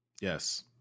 Yes